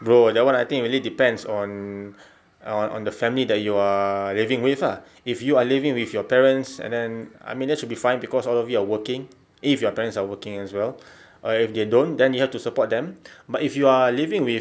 bro that [one] I think really depends on on the family that you're living with ah if you are living with your parents and then I mean that should be fine cause all of you are working if your parents are working as well or if they don't then you have to support them but if you are living with